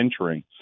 entering